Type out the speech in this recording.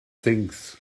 things